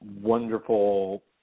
wonderful